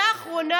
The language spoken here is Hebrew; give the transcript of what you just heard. מילה אחרונה.